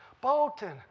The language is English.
Bolton